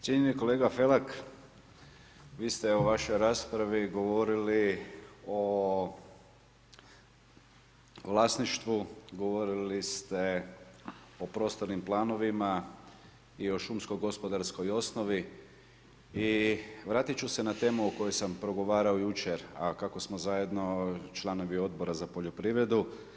Cijenjeni kolega Felak, vi ste u vašoj raspravi govorili o vlasništvu, govorili ste o prostornim planovima i o šumsko-gospodarskoj osnovi i vratiti ću se na temu o kojoj sam progovarao jučer, a kako smo zajedno članovi Odbora za poljoprivredu.